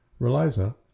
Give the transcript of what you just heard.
Reliza